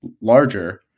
larger